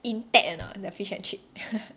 intact or not the fish and chip